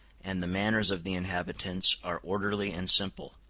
and the manners of the inhabitants are orderly and simple.